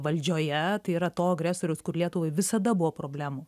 valdžioje tai yra to agresoriaus kur lietuvai visada buvo problemų